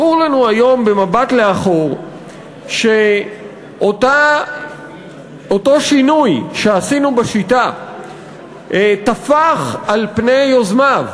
ברור לנו היום במבט לאחור שאותו שינוי שעשינו בשיטה טפח על פני יוזמיו: